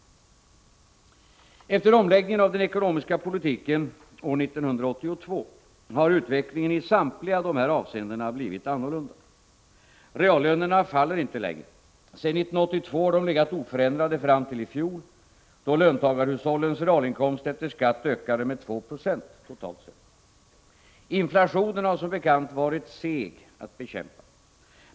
Efter omläggningen av den ekonomiska politiken år 1982 har utvecklingen i samtliga dessa avseenden blivit annorlunda. Reallönerna faller inte längre. Sedan 1982 har de legat oförändrade fram till i fjol, då löntagarhushållens realinkomst efter skatt ökade med 2 2, totalt sett. Inflationen har som bekant varit seg att bekämpa.